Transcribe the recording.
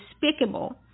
despicable